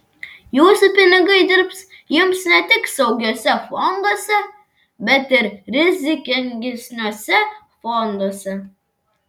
jūsų pinigai dirbs jums ne tik saugiuose fonduose bet ir rizikingesniuose fonduose